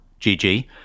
GG